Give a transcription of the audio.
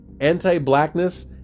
anti-blackness